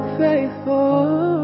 faithful